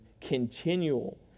continual